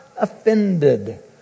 offended